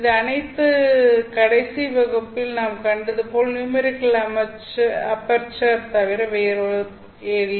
இது அனைத்தும் கடைசி வகுப்பில் நாம் கண்டது போல் நியூமெரிக்கல் அபெர்ச்சர் தவிர வேறில்லை